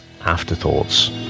Afterthoughts